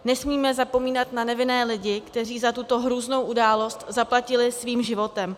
Nesmíme zapomínat na nevinné lidi, kteří za tuto hrůznou událost zaplatili svým životem.